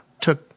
took